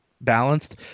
balanced